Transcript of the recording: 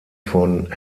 von